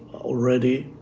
already